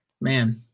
man